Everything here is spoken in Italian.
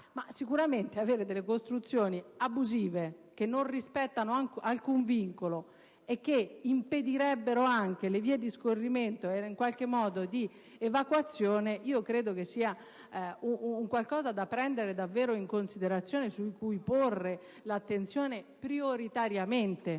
sicuramente avere delle costruzioni abusive che non rispettano alcun vincolo e che impedirebbero anche le vie di scorrimento e di evacuazione, credo sia una questione da prendere in considerazione, su cui porre l'attenzione prioritariamente,